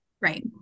right